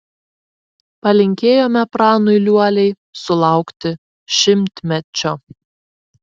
palinkėjome pranui liuoliai sulaukti šimtmečio